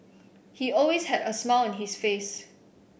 he always had a smile on his face